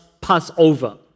Passover